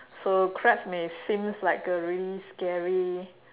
so crabs may seems like a really scary